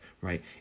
right